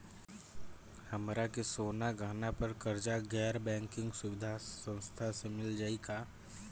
हमरा के सोना गहना पर कर्जा गैर बैंकिंग सुविधा संस्था से मिल जाई का?